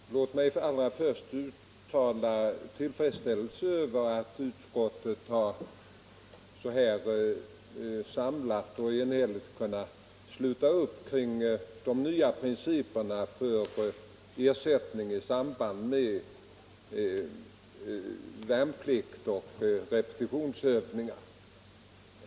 Herr talman! Låt mig allra först uttala tillfredsställelse över att utskottet så här samlat och enhälligt har kunnat sluta upp kring de nya principerna för ersättning i samband med värnplikt och repetitionsövningar.